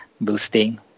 boosting